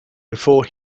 before